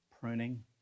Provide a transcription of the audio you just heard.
Pruning